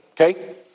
Okay